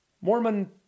Mormon